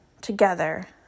together